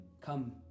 Come